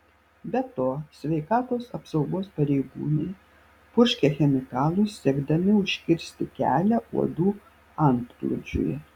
be to sveikatos apsaugos pareigūnai purškia chemikalus siekdami užkirsti kelią uodų antplūdžiui